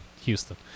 Houston